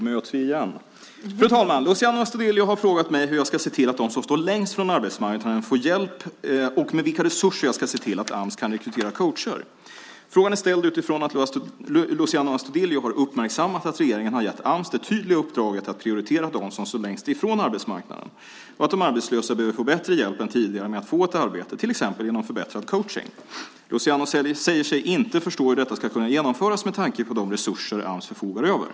Fru talman! Luciano Astudillo har frågat mig hur jag ska se till att de som står längst från arbetsmarknaden får hjälp och med vilka resurser jag ska se till att Ams kan rekrytera coacher. Frågan är ställd utifrån att Luciano Astudillo har uppmärksammat att regeringen har gett Ams det tydliga uppdraget att prioritera dem som står längst ifrån arbetsmarknaden och att de arbetslösa behöver få bättre hjälp än tidigare med att få ett arbete, till exempel genom förbättrad coachning. Luciano säger sig inte förstå hur detta ska kunna genomföras med tanke på de resurser Ams förfogar över.